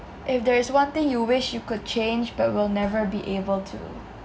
if there is one thing you wish you could change but will never be able to